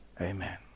Amen